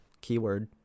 Keyword